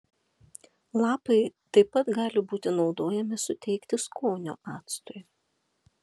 lapai taip pat gali būti naudojami suteikti skonio actui